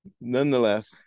nonetheless